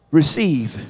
receive